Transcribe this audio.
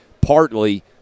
partly